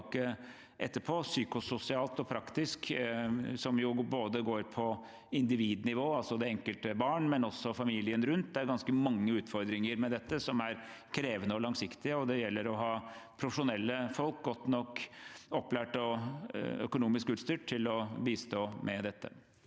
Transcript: etterpå, både psykososialt og praktisk, som går på både individnivå, altså det enkelte barn, og også på familien rundt, er det ganske mange utfordringer med dette som er krevende og langsiktige, og det gjelder å ha profesjonelle folk som er godt nok opplært og økonomisk utstyrt til å bistå med dette.